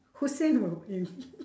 who say